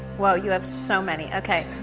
whoa, you have so many. okay.